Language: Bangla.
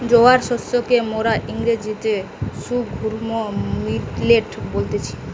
জোয়ার শস্যকে মোরা ইংরেজিতে সর্ঘুম মিলেট বলতেছি